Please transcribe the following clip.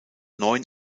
neun